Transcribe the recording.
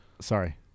sorry